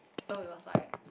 so it was like